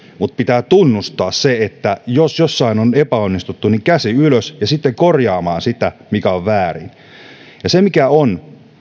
mutta pitää tunnustaa se jos jossain on epäonnistuttu käsi ylös ja sitten korjaamaan sitä mikä on väärin ja mikä on